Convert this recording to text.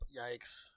Yikes